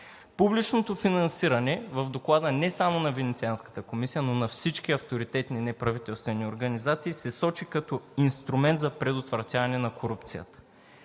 Публичното финансиране – в Доклада не само на Венецианската комисия, но на всички авторитетни неправителствени организации се сочи като инструмент за предотвратяване на корупцията.